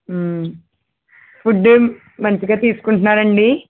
food మంచిగా తీసుకుంటున్నారా అండి